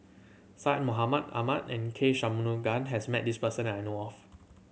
Syed Mohamed Ahmed and K Shanmugam has met this person that I know of